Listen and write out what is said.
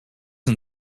and